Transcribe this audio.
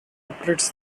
operates